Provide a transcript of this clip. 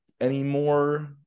anymore